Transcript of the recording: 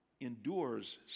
endures